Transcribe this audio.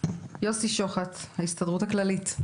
יוסי שוחט מההסתדרות הכללית.